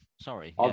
sorry